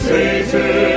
Satan